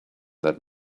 that